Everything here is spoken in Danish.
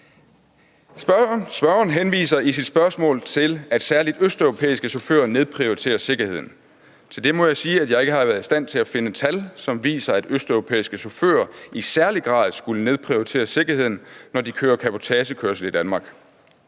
Spørgeren henviser i sit spørgsmål til, at særlig østeuropæiske chauffører nedprioriterer sikkerheden. Til det må jeg sige, at jeg ikke har været i stand til at finde tal, som viser, at østeuropæiske chauffører i særlig grad skulle nedprioritere sikkerheden, når de kører cabotagekørsel i Danmark.